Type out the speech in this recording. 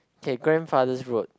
K grandfather's road